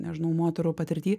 nežinau moterų patirty